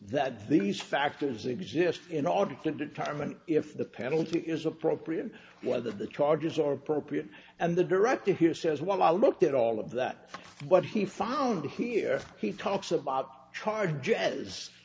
that these factors exist in order to determine if the penalty is appropriate whether the charges are appropriate and the directive here says well i looked at all of that what he found here he talks about charges as